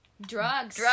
drugs